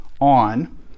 on